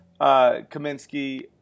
Kaminsky